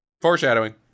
Foreshadowing